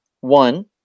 One